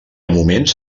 moments